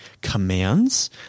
commands